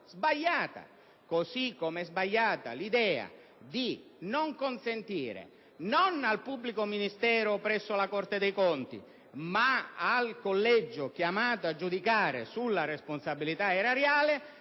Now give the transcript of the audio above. sbagliata. Come è altresì sbagliata l'idea di non consentire non al pubblico ministero presso la Corte dei conti, ma al collegio chiamato a giudicare sulla responsabilità erariale,